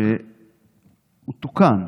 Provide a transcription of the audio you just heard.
שהוא תוקן: